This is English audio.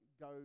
go